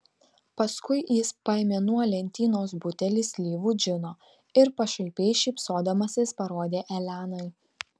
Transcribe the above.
paskui jis paėmė nuo lentynos butelį slyvų džino ir pašaipiai šypsodamasis parodė elenai